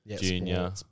junior